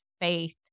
faith